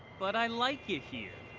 but i like it here.